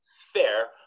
Fair